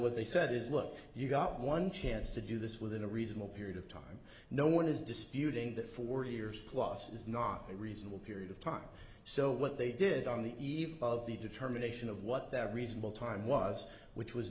what they said is look you've got one chance to do this within a reasonable period of time no one is disputing that forty years plus is not a reasonable period of time so what they did on the eve of the determination of what that reasonable time was which was